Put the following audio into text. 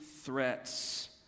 threats